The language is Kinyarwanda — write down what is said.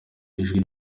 ijwi